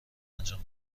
انجام